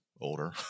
older